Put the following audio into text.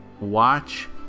watch